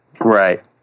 Right